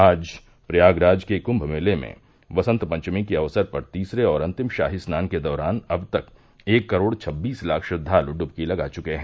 आज प्रयागराज के कुम्म मेले में वसंत पंचमी के अवसर पर तीसरे और अंतिम शाही स्नान के दौरान अब तक एक करोड़ छब्बीस लाख श्रद्वाल् ड्बकी लगा चुके हैं